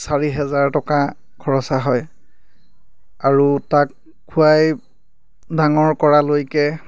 চাৰি হেজাৰ টকা খৰচ হয় আৰু তাক খুৱাই ডাঙৰ কৰালৈকে